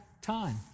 time